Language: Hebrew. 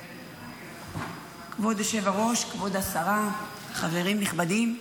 כבוד יושב-הראש, כבוד השרה חברים נכבדים,